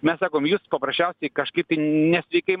mes sakom jūs paprasčiausiai kažkaip tai nesveikai